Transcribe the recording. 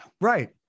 Right